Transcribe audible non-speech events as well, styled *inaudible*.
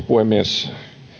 *unintelligible* puhemies